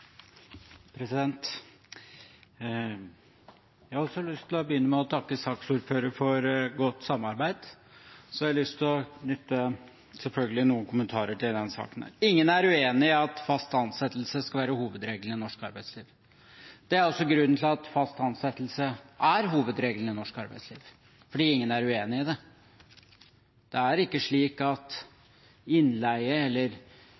Jeg har også lyst til å begynne med å takke saksordføreren for godt samarbeid, og så har jeg selvfølgelig lyst til å knytte noen kommentarer til denne saken. Ingen er uenig i at fast ansettelse skal være hovedregelen i norsk arbeidsliv. Det er også grunnen til at fast ansettelse er hovedregelen i norsk arbeidsliv – ingen er uenig i det. Det er ikke slik at innleie eller